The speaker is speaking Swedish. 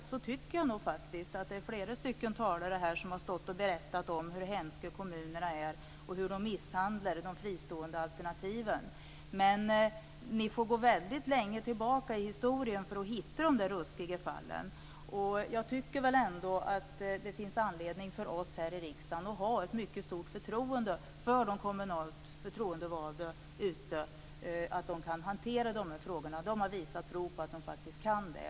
Jag tycker faktiskt att flera talare har stått här och berättat om hur hemska kommunerna är och hur de misshandlar de fristående alternativen. Men ni får gå väldigt långt tillbaka i historien för att hitta dessa ruskiga fall. Jag tycker att det finns anledning för oss här i riksdagen att ha ett mycket stort förtroende för att de kommunalt förtroendevalda kan hantera de här frågorna. De har visat prov på att de faktiskt kan det.